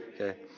Okay